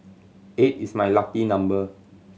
eight is my lucky number